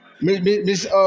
Miss